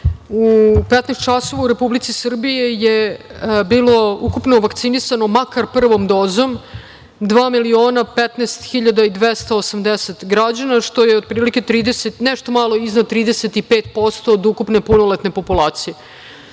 U 15.00 časova u Republici Srbiji je bilo ukupno vakcinisano, makar prvom dozom, 2.015.280 građana, što je otprilike nešto malo iznad 35% od ukupne punoletne populacije.